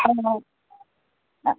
অঁ অঁ